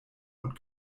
und